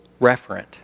referent